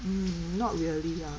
mm not really lah